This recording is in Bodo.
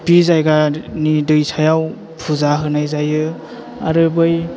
बि जायगानि दैसायाव फुजा होनाय जायो आरो बै